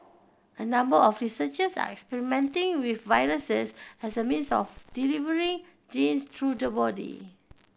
a number of researchers are experimenting with viruses as a means of delivering genes through the body